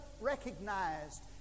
recognized